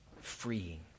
freeing